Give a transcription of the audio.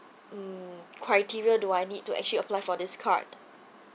um criteria do I need to actually apply for this card